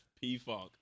P-Funk